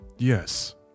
Yes